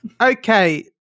Okay